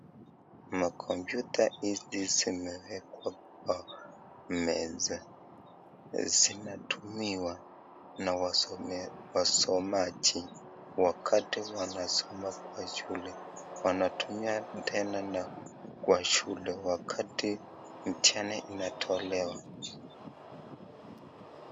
Computer hizi zimewekwa kwa meza, na zinatumiwa na wasomaji wakati wanasoma shule wanatumia tena kwa shule wakati mtihani inatolewa.